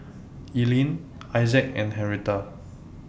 Elian Issac and Henretta